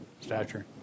stature